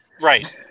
Right